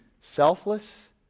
selfless